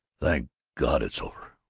thank god that's over!